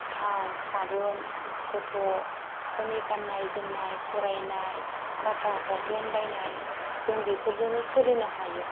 थाव साबोन गथ'फोरनि गाननाय जोमनाय फरायनाय खाथा फावथेन बायनाय जों बेफोरजोंनो सोलिनो हायो